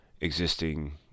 existing